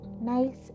nice